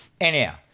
anyhow